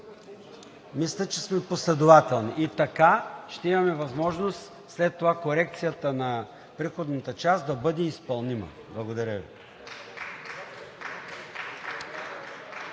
Мисля, че сме последователни. И така ще имаме възможност след това корекцията на приходната част да бъде изпълнима. Благодаря.